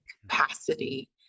capacity